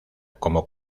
como